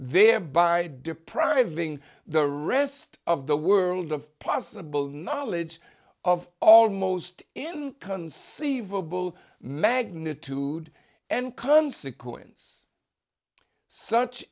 thereby depriving the rest of the world of possible knowledge of almost an conceivable magnitude and consequence such